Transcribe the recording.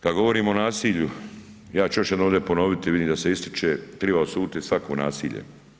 Kad govorimo o nasilju, ja ću još jednom ovdje ponoviti, vidim da se ističe, treba osuditi svako nasilje.